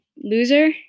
loser